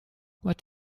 what